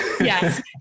Yes